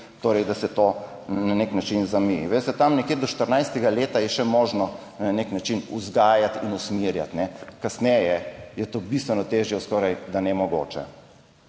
da se to na nek način zameji. Veste, tam nekje do 14. leta je še možno na nek način vzgajati in usmerjati, kasneje je to bistveno težje, skorajda nemogoče.